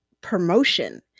promotion